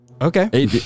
Okay